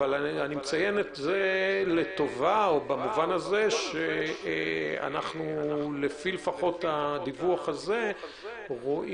אבל אני מציין את זה לטובה במובן הזה שאנחנו לפי הדיווח הזה רואים